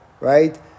right